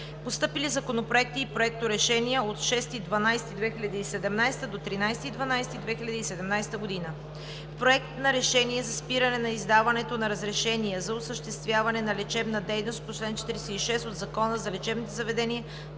Постъпили законопроекти и проекторешения от 6 декември 2017 г. до 13 декември 2017 г.: - Проект на решение за спиране на издаването на разрешения за осъществяване на лечебна дейност по чл. 46 от Закона за лечебните заведения